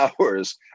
hours